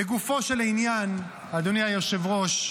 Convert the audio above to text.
לגופו של עניין, אדוני היושב-ראש: